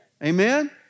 Amen